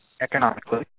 economically